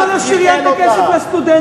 למה לא שריינת כסף לסטודנטים?